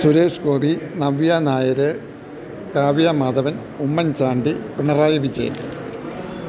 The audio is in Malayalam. സുരേഷ് ഗോപി നവ്യ നായര് കാവ്യ മാധവൻ ഉമ്മൻ ചാണ്ടി പിണറായി വിജയൻ